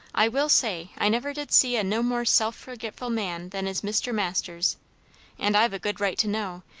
i will say, i never did see a no more self-forgetful man than is mr. masters and i've a good right to know,